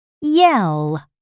yell